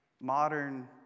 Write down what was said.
modern